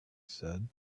said